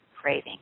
craving